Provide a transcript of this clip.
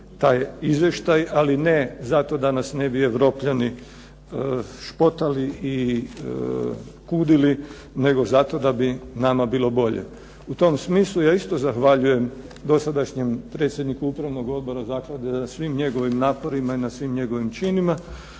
taj izvještaj, ali ne zato da nas ne bi Europljani špotali i kudili nego zato da bi nama bilo bolje. U tom smislu ja isto zahvaljujem dosadašnjem predsjedniku upravnog odbora zaklade na svim njegovim naporima i na svim njegovim činima,